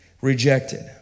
rejected